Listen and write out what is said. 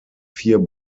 vier